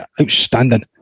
outstanding